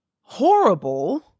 horrible